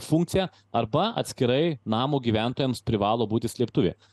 funkciją arba atskirai namo gyventojams privalo būti slėptuvė